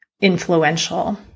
influential